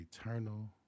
eternal